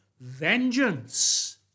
vengeance